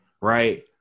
right